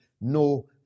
no